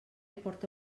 porta